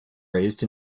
raised